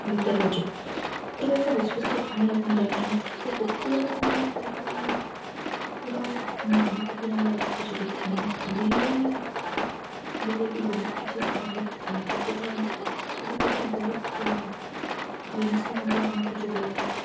ଭିତରେ ହେଉଛି କୁକୁର ଏକ ବିଶ୍ଵସ୍ତ ପାାଣି ଆପଣ ଜାଣିଛନ୍ତି ତ ସେ କୁକୁରଟାକୁ ଆମକୁ କିପରି କୁକୁର କୁକୁର ଆମର ଘର ଯଗିଥାଏ ବିଲେଇ ବିଲେଇ ବି ବହୁତ କିଛି ସାହାଯ୍ୟ କରିଥାଏ କୁକୁର କୁକୁର ଏପରିକି ବହୁତ ଜିନିଷ ମଧ୍ୟ ଆମକୁ ଯୋଗେଇ ଥାଏ